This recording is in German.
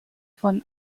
von